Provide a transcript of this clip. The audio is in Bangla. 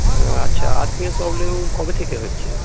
হ্যাঁ আচ্ছা আর্থিংয়ের প্রবলেম কবে থেকে হচ্ছে